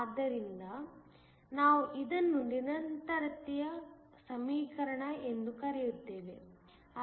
ಆದ್ದರಿಂದ ನಾವು ಇದನ್ನು ನಿರಂತರತೆಯ ಸಮೀಕರಣ ಎಂದು ಕರೆಯುತ್ತೇವೆ